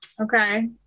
Okay